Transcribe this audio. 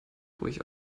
ruhig